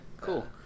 cool